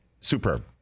superb